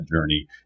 journey